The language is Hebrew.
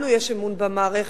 לנו יש אמון במערכת,